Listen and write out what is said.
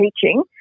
teaching